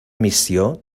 missió